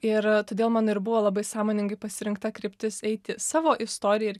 ir todėl man ir buvo labai sąmoningai pasirinkta kryptis eiti savo istoriją ir